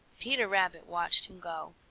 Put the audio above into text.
peter rabbit watched him go.